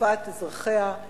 טובת אזרחיה,